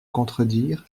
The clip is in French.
contredire